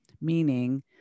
meaning